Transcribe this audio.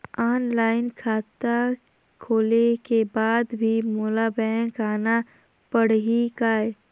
Online खाता खोले के बाद भी मोला बैंक आना पड़ही काय?